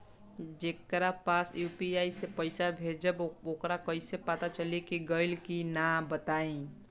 जेकरा पास यू.पी.आई से पईसा भेजब वोकरा कईसे पता चली कि गइल की ना बताई?